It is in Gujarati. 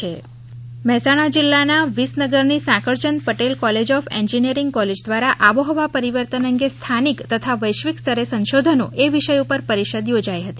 ક્લાયમેન્ટ ચેન્જ મહેસાણા જીલ્લાના વિસનગરની Sankalchand Patel college of engineering college દ્વારા આબોહવા પરિવર્તન અંગે સ્થાનિક તથા વૈશ્વિક સ્તરે સંશોધનો એ વિષય પર પરિષદ યોજાઇ હતી